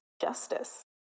justice